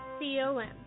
C-O-M